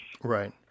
Right